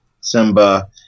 Simba